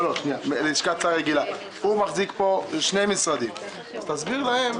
הוא מחזיק פה שני משרדים, אז תסביר להם.